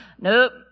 Nope